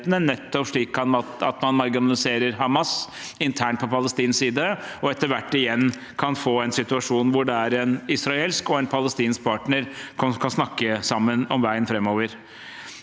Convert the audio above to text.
slik at man marginaliserer Hamas internt på palestinsk side og etter hvert igjen kan få en situasjon hvor en israelsk og en palestinsk partner kan snakke sammen om veien framover.